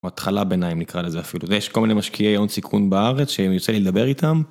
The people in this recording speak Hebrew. בהתחלה ביניים נקרא לזה אפילו יש כל מיני משקיעי הון סיכון בארץ שיוצא לי לדבר איתם.